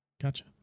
Gotcha